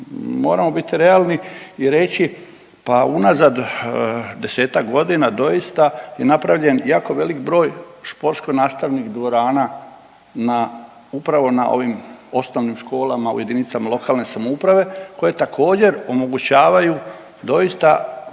moramo biti realni i reći pa unazad 10-ak godina doista je napravljen jako velik broj športsko nastavnih dvorana na upravo na ovim osnovnim školama u jedinicama lokalne samouprave koje također omogućavaju doista